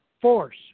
force